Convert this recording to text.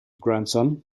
grandson